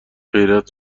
غیرت